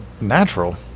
natural